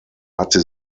hatte